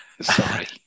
sorry